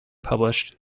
published